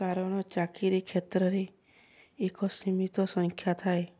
କାରଣ ଚାକିରି କ୍ଷେତ୍ରରେ ଏକ ସୀମିତ ସଂଖ୍ୟା ଥାଏ